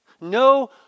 No